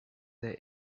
they